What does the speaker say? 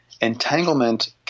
Entanglement